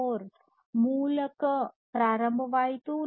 4 ಮೂಲಕ ಪ್ರಾರಂಭವಾಯಿತು